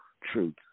truth